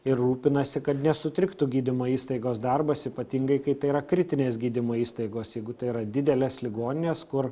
ir rūpinasi kad nesutriktų gydymo įstaigos darbas ypatingai kai tai yra kritinės gydymo įstaigos jeigu tai yra didelės ligoninės kur